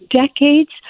decades